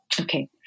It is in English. Okay